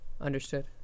Understood